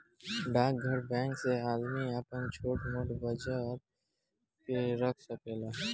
डाकघर बैंक से आदमी आपन छोट मोट बचत के रख सकेला